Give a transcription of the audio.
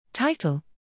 Title